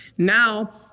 Now